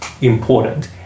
important